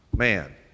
man